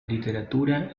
literatura